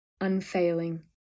Unfailing